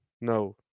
no